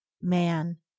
Man